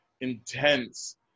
intense